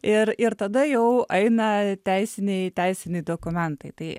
ir ir tada jau eina teisiniai teisiniai dokumentai tai